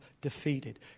defeated